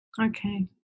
Okay